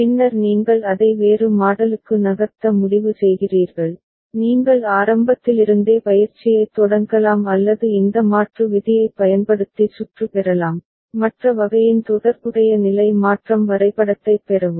பின்னர் நீங்கள் அதை வேறு மாடலுக்கு நகர்த்த முடிவு செய்கிறீர்கள் நீங்கள் ஆரம்பத்திலிருந்தே பயிற்சியைத் தொடங்கலாம் அல்லது இந்த மாற்று விதியைப் பயன்படுத்தி சுற்று பெறலாம் மற்ற வகையின் தொடர்புடைய நிலை மாற்றம் வரைபடத்தைப் பெறவும்